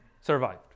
survived